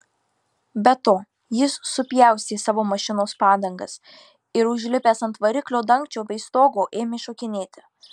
be to jis supjaustė savo mašinos padangas ir užlipęs ant variklio dangčio bei stogo ėmė šokinėti